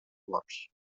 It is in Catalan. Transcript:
morts